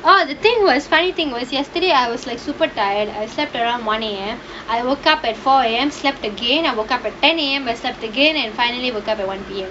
oh the thing was funny thing was yesterday I was like super tired I slept around one am I woke up at four am slept again I woke up at ten am I slept again and finally woke up at one P_M